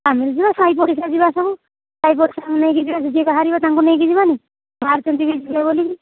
ଆମେ ଯିବା ସାହି ପଡ଼ିଶା ଯିବା ସବୁ ସାହି ପଡ଼ିଶା ନେଇକି ଯିବା ଯିଏ ବାହାରିବ ତାଙ୍କୁ ନେଇକି ଯିବା ନି ବାହାରୁଛନ୍ତି ଯିବେ ବୋଲିକି